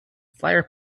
fighter